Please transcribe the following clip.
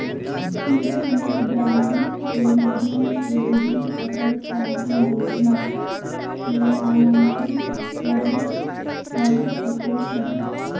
internet banking के माध्यम से भी अटल पेंशन योजना ले नामंकन करल का सको हय